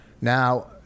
Now